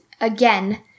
again